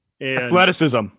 Athleticism